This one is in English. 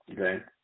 Okay